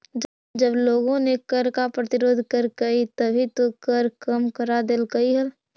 जब लोगों ने कर का प्रतिरोध करकई तभी तो कर कम करा देलकइ हल